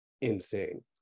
insane